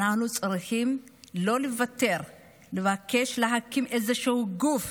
אנחנו צריכים לא לוותר, לבקש להקים איזשהו גוף